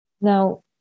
Now